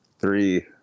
Three